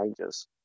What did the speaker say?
changes